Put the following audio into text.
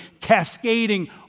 cascading